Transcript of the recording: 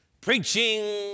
preaching